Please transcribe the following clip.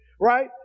right